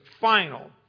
final